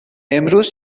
امروز